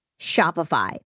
Shopify